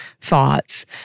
thoughts